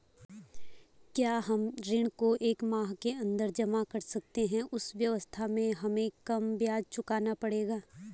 क्या हम ऋण को एक माह के अन्दर जमा कर सकते हैं उस अवस्था में हमें कम ब्याज चुकाना पड़ेगा?